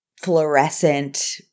fluorescent